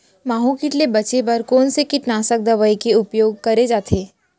माहो किट ले बचे बर कोन से कीटनाशक दवई के उपयोग करे जाथे?